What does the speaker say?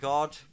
God